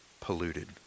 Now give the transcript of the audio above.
polluted